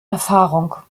erfahrung